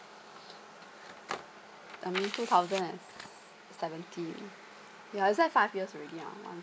that means two thousand and seventeen yeah is that five years already ah one